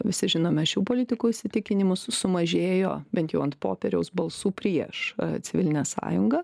visi žinome šių politikų įsitikinimus sumažėjo bent jau ant popieriaus balsų prieš civilinę sąjungą